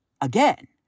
again